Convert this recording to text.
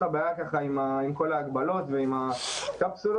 הבעיה שנוצרת עם כל ההגבלות והקפסולות.